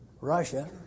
Russia